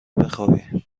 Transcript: بخوابی